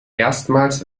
erstmals